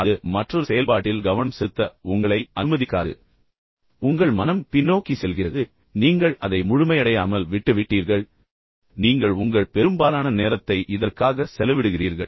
பின்னர் அது மற்றொரு செயல்பாட்டில் கவனம் செலுத்த உங்களை அனுமதிக்காது மற்றும் உங்கள் மனம் பின்னோக்கி சென்று உங்களுக்கு நினைவூட்டுகிறது அது அது என்ன ஆனது நீங்கள் அதை முழுமையடையாமல் விட்டுவிட்டீர்கள் பின்னர் நீங்கள் உங்கள் பெரும்பாலான நேரத்தை இதற்காக செலவிடுகிறீர்கள்